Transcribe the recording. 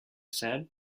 said